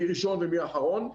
מי ראשון ומי אחרון.